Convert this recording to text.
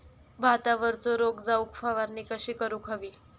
भातावरचो रोग जाऊक फवारणी कशी करूक हवी?